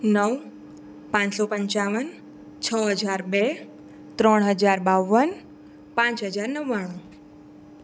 નવ પાંચસો પંચાવન છ હજાર બે ત્રણ હજાર બાવન પાંચ હજાર નવાણું